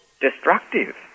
destructive